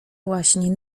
właśnie